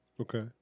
Okay